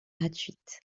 gratuite